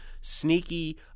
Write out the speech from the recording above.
sneaky